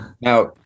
now